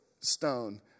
Stone